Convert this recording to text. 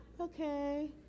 okay